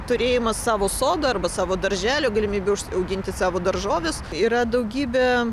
turėjimas savo sodą arba savo darželį galimybė užsiauginti savo daržoves yra daugybė